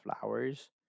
flowers